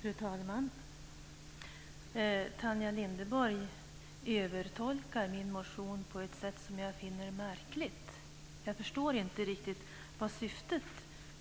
Fru talman! Tanja Linderborg övertolkar min motion på ett sätt som jag finner märkligt. Jag förstår inte riktigt vad syftet